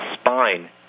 spine